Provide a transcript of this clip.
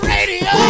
Radio